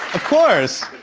of course.